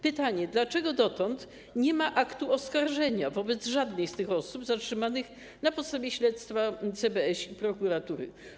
Pytanie, dlaczego dotąd nie ma aktu oskarżenia wobec żadnej z osób zatrzymanych na podstawie śledztwa CBŚ i prokuratury.